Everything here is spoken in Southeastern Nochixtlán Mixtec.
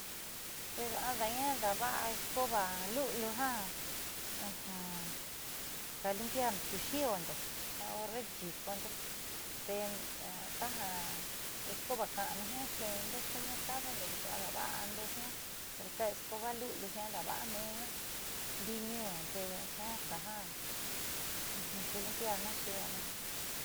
Ada'aña daava'a escoba luliu ja ka limpiarndo ku xi'iondo ja horre nyi'ikondo tee taja escoba ka'anu jiaa xe'endo ku mercadondo porque adaava'ando jiaa pera ta escoba luliu jiaa daava'a meenna ndii ñuun te jiaa kaja xelimpiama xi'iona.